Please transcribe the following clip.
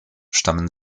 stammen